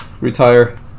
retire